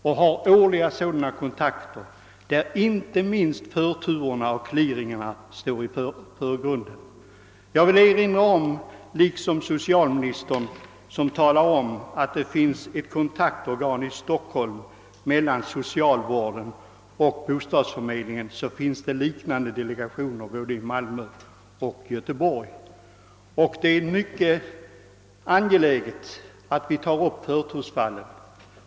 De har sådana kontakter årligen, varvid inte minst frågan om förturerna och clearingarna står i förgrunden. Socialministern nämnde att det i Stockholm finns ett kontaktorgan mellan socialvården och bostadsförmed lingen. Jag vill erinra om att det finns liknande delegationer både i Malmö och Göteborg. Det är mycket angeläget att vi tar upp frågan om förtursfallen.